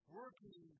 working